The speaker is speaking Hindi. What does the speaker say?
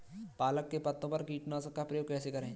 पालक के पत्तों पर कीटनाशक का प्रयोग कैसे करें?